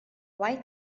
why